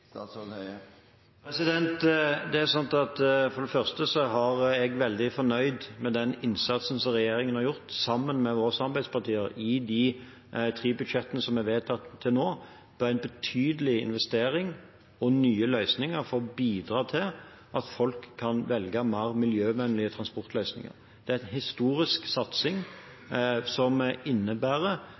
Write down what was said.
For det første er jeg veldig fornøyd med den innsatsen som regjeringen har gjort, sammen med våre samarbeidspartier, i de tre budsjettene som er vedtatt til nå, for en betydelig investering og nye løsninger for å bidra til at folk kan velge mer miljøvennlige transportløsninger. Det er en historisk satsing som innebærer